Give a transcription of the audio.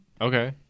Okay